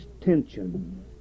tension